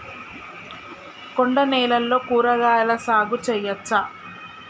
కొండ నేలల్లో కూరగాయల సాగు చేయచ్చా?